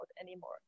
anymore